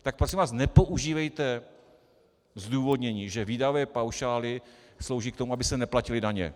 Tak prosím vás nepoužívejte zdůvodnění, že výdajové paušály slouží k tomu, aby se neplatily daně.